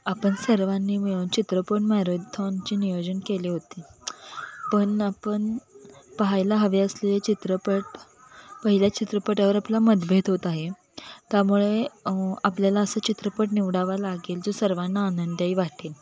आपण सर्वांनी मिळून चित्रपट मॅरेथॉनचे नियोजन केले होते पण आपण पाहायला हवे असलेले चित्रपट पहिल्या चित्रपटावर आपला मतभेद होत आहे त्यामुळे आपल्याला असं चित्रपट निवडावा लागेल जो सर्वांना आनंदादायी वाटेल